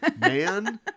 man